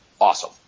awesome